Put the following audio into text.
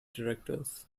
directors